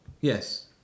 yes